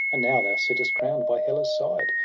and now thou sittest crown'd by hela's side.